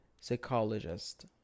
psychologist